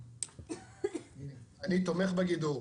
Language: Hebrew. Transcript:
אני תומך בגידור.